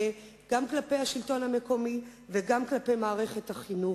גם כלפי השלטון המקומי וגם כלפי מערכת החינוך.